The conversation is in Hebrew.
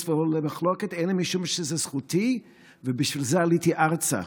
ולא למחלוקת אלא משום שזו זכותי ובשביל זה עליתי ארצה,